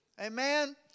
Amen